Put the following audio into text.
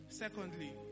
Secondly